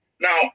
Now